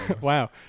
Wow